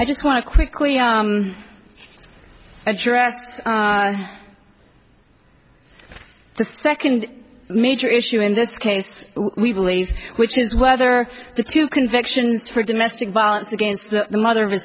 i just want to quickly address the second major issue in this case we believe which is whether the two convictions for domestic violence against the mother of